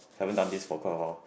haven't done this for quite a long